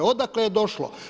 Odakle je došlo?